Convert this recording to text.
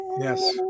Yes